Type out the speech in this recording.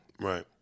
Right